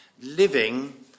Living